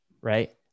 right